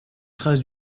traces